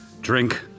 Drink